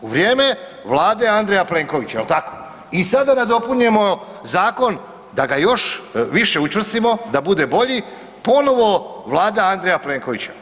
U vrijeme Vlade Andreja Plenkovića jel tako i sada nadopunjujemo zakon da ga još više učvrstimo da bude bolji, ponovo Vlada Andreja Plenkovića.